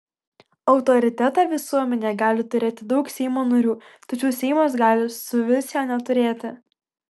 autoritetą visuomenėje gali turėti daug seimo narių tačiau seimas gali suvis jo neturėti